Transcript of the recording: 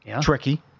tricky